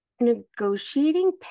negotiating